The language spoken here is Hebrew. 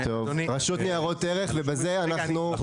אדוני, אני